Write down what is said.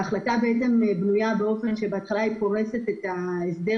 ההחלטה בעצם בנויה כך שבהתחלה היא פורסת את ההסדר